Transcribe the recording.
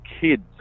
kids